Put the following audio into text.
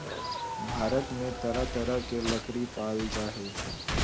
भारत में तरह तरह के लकरी पाल जा हइ